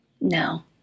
No